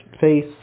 face